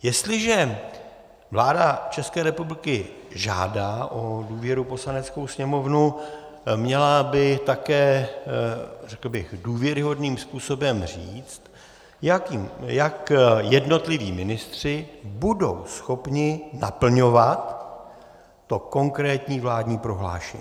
Jestliže vláda České republiky žádá o důvěru Poslaneckou sněmovnu, měla by také důvěryhodným způsobem říct, jak jednotliví ministři budou schopni naplňovat to konkrétní vládní prohlášení.